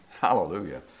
Hallelujah